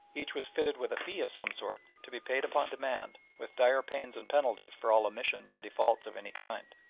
each was fitted with a fee of some sort, to be paid upon demand, with dire pains and penalties for all omissions or defaults of any kind.